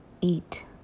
eat